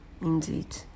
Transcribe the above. indeed